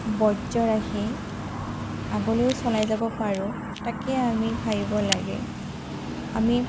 ৰাখি আগলৈয়ো চলাই যাব পাৰোঁ তাকেই আমি ভাবিব লাগে আমি